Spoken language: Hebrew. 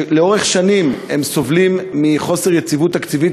שלאורך שנים הם סובלים מחוסר יציבות תקציבית,